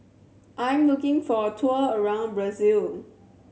I am looking for a tour around Brazil